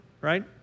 right